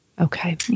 Okay